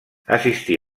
assistí